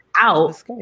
out